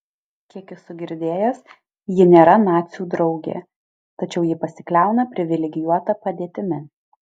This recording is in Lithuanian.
kiek esu girdėjęs ji nėra nacių draugė tačiau ji pasikliauna privilegijuota padėtimi